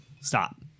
Stop